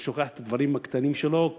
הוא שוכח את הדברים הקטנים שלו,